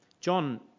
John